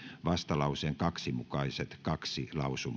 vastalauseen kaksi mukaiset kaksi